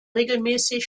regelmäßig